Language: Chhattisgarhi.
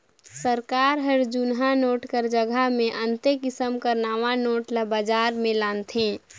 सरकार हर जुनहा नोट कर जगहा मे अन्ते किसिम कर नावा नोट ल बजार में लानथे